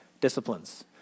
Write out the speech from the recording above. disciplines